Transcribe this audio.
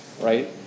right